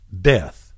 death